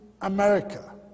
America